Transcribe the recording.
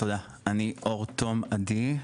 אני אור תום עדי,